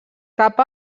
cap